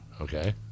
Okay